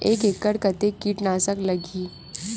एक एकड़ कतेक किट नाशक लगही?